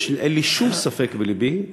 אין שום ספק בלבי,